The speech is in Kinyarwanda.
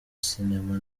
sinema